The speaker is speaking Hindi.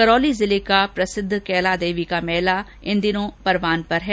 करौली जिले का प्रसिद्ध कैला देवी का मेला परवान पर है